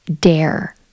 dare